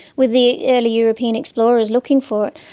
with the early european explorers looking for it?